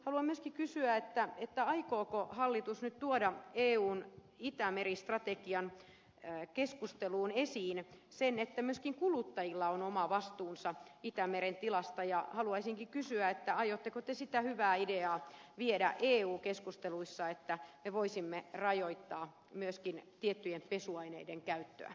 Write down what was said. haluan myöskin kysyä aikooko hallitus nyt tuoda eun itämeri strategian keskustelussa esiin sen että myöskin kuluttajilla on oma vastuunsa itämeren tilasta ja aiotteko te sitä hyvää ideaa viedä eu keskusteluissa että me voisimme rajoittaa myöskin tiettyjen pesuaineiden käyttöä